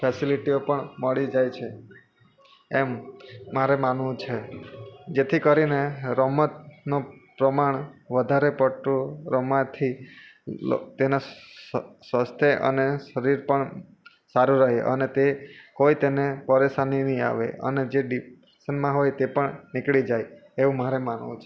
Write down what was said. ફેસિલિટીઓ પણ મળી જાય છે એમ મારે માનવું છે જેથી કરીને રમતનું પ્રમાણ વધારે પડતું રમવાથી તેનાં સ્વાસ્થ્ય અને શરીર પણ સારું રહે અને તે કોઈ તેને પરેશાની નહીં આવે અને જે ડિપ્રેશનમાં હોય તે પણ નીકળી જાય એવું મારે માનવું છે